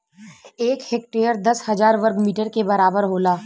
एक हेक्टेयर दस हजार वर्ग मीटर के बराबर होला